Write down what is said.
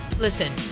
Listen